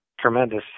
tremendous